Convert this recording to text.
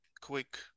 Quick